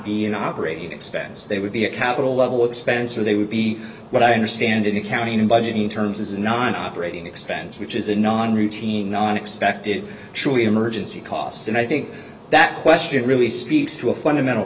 be an operating expense they would be a capital level expense or they would be what i understand in accounting and budgeting terms as an operating expense which is a non routine non expected surely emergency cost and i think that question really speaks to a fundamental